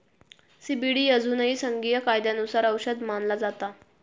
CBD अजूनही संघीय कायद्यानुसार औषध मानला जाता